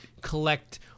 collect